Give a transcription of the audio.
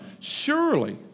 Surely